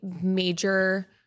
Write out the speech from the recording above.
major